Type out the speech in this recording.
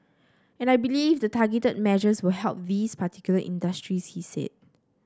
and I believe the targeted measures will help these particular industries he said